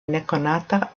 nekonata